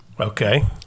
Okay